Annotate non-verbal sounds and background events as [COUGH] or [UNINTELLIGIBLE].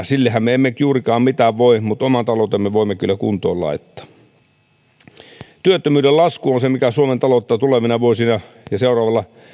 [UNINTELLIGIBLE] sillehän me emme nyt juurikaan mitään voi mutta oman taloutemme voimme kyllä laittaa kuntoon työttömyyden lasku on se mikä suomen taloutta tulevina vuosina ja seuraavalla